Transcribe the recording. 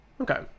Okay